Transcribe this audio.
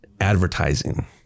Advertising